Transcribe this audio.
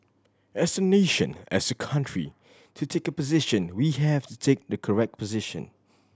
as a nation as a country to take a position we have to take the correct position